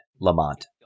Lamont